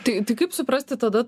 tai tai kaip suprasti tada